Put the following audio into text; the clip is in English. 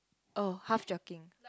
oh half joking